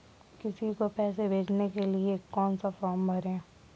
किसी को पैसे भेजने के लिए कौन सा फॉर्म भरें?